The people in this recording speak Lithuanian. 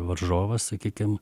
varžovas sakykim